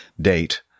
date